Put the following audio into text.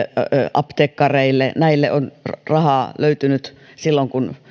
apteekkareille näille on rahaa löytynyt silloin kun